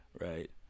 right